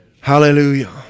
Hallelujah